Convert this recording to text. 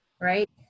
right